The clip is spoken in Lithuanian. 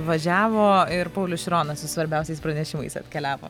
važiavo ir paulius šironas su svarbiausiais pranešimais atkeliavo